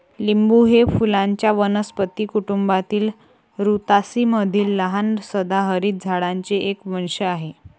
लिंबू हे फुलांच्या वनस्पती कुटुंबातील रुतासी मधील लहान सदाहरित झाडांचे एक वंश आहे